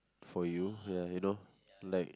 for you ya you know like